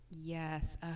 Yes